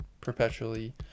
perpetually